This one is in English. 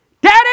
Daddy